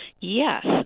Yes